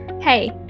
Hey